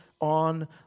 On